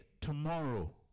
tomorrow